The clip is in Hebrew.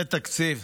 זה תקציב?